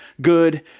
good